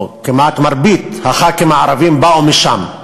או כמעט מרבית חברי הכנסת הערבים באו משם.